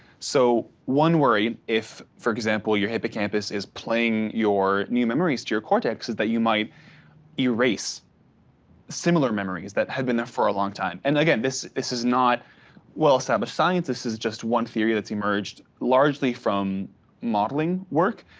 so one worry if, for example, your hippocampus is playing your new memories to your cortex is that you might erase similar memories that had been there for a long time. and again, this this is not well established science. this is just one theory that's emerged largely from modeling work.